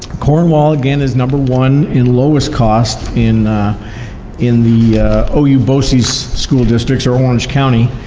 cornwall again is number one in lowest cost in in the ou boces school districts, or orange county,